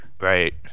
Right